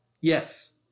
Yes